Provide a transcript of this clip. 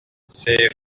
ces